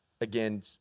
Again